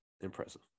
Impressive